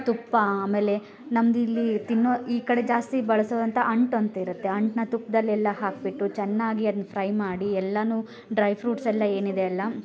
ತುಪ್ಪ ಆಮೇಲೆ ನಮ್ದಿಲ್ಲಿ ತಿನ್ನೋ ಈ ಕಡೆ ಜಾಸ್ತಿ ಬಳಸುವಂಥಾ ಅಂಟು ಅಂತಿರುತ್ತೆ ಅಂಟನ್ನ ತುಪ್ದಲ್ಲೆಲ್ಲ ಹಾಕ್ಬಿಟ್ಟು ಚೆನ್ನಾಗಿ ಅದ್ನ ಫ್ರೈ ಮಾಡಿ ಎಲ್ಲನು ಡ್ರೈ ಫ್ರೂಟ್ಸ್ ಎಲ್ಲ ಏನಿದೆ ಅಲ್ಲ